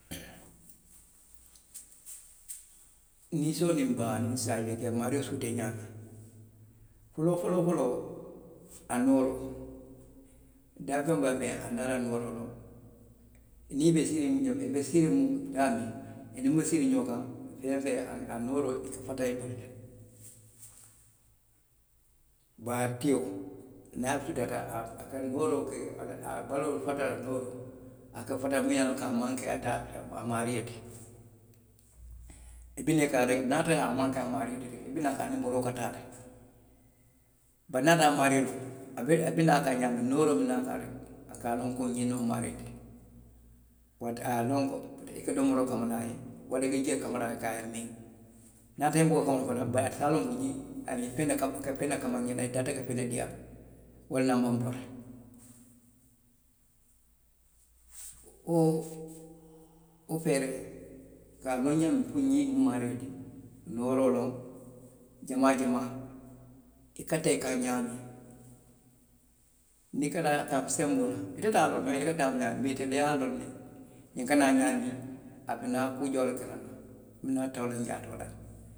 Ninsoo niŋ baa niŋ saajio i ka i maario suutee ñaadmiŋ, foloo foloo foloo a nooroo daafeŋ woo daafeŋ aniŋ a la nooroo loŋ niŋ i be siiriŋ i be siiriŋ daamiŋ i niŋ miŋ be siiriŋ ñoo kaŋ baatio niŋ a futata a nooroo a baloo ka tara nooroo a ka fata miŋ ye a loŋ a maŋ ke a maario ti, i bi naa kaŋ rek niŋ a ye tara a maŋ ke a maario ti, i bi naa a kaŋ aniŋ boroo ka taa le bari niŋ a ye tara a maario loŋ, a bi naa kaŋ ñaamiŋ nooroo bi naa ñaamiŋ a ka a loŋ ñiŋ noŋ a maario ti, kaatu a ye a loŋ ko i ka domoroo kama naŋ a ye, waraŋ i ka jio kama naŋ a ye ka a miŋ, niŋ a ye a tara i buka wo kama fanaŋ bari a se a loŋ ko ñiŋ, a ye feŋ ne kama n ñe naŋ; i taata ka feŋ ne dii a la wo le ye a tinna a maŋ wuli. Wo wo feeree, i ka a loŋ ñaamiŋ puru ñiŋ mu n maario le ti, nooroo loŋ jamaa jamaa, i ka taa i kaŋ ñaamiŋ, niŋ i ka taa kaŋ senboo le la, ite te a loŋ na i ka taa kaŋ ñaamiŋ mee itelu ye a loŋ ne ñiŋ ka naa ñaamiŋ, a bi naa kuu jawoo le kela n na.